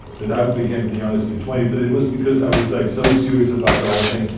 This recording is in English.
but i became the youngest with twenty, but it was because i was like so serious about the whole thing.